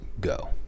go